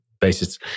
basis